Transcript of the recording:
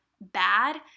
bad